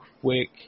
quick